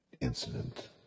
incident